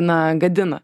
na gadina